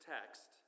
text